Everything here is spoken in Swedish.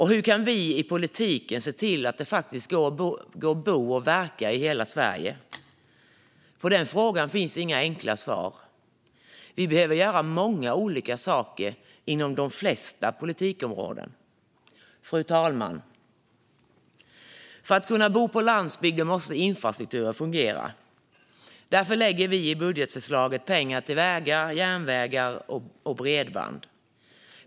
Hur kan vi i politiken se till att det går att bo och verka i hela Sverige? På den frågan finns inga enkla svar. Vi behöver göra många olika saker inom de flesta politikområden. Fru talman! För att människor ska kunna bo på landsbygden måste infrastrukturen fungera. Därför lägger vi i budgetförslaget pengar till vägar, järnvägar och bredband.